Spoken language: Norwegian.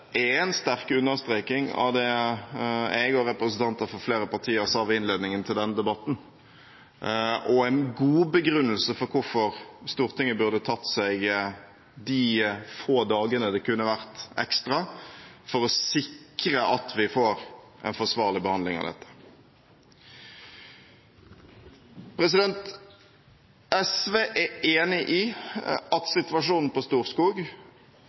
en sterk understreking av det jeg og representanter for flere partier sa ved innledningen til debatten, og en god begrunnelse for hvorfor Stortinget burde tatt seg de få dagene ekstra det kunne blitt, for å sikre at vi får en forsvarlig behandling av dette. SV er enig i at situasjonen på Storskog